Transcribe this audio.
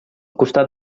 costat